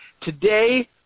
Today